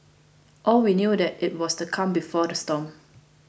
all we knew that it was the calm before the storm